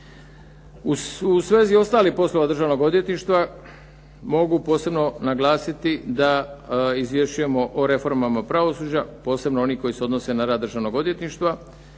U svezi ostalih poslova državnih odvjetništava mogu posebno naglasiti da izvješćujemo o reformama pravosuđa posebno onih koji se odnose na rad Državnog odvjetništva,